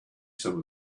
some